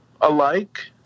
alike